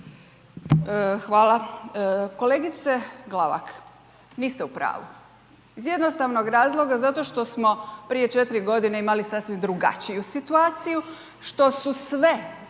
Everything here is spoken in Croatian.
Hvala. Kolegice Glavak, niste u pravu iz jednostavnog razloga zašto što smo prije 4 godine imali sasvim drugačiju situaciju što su sve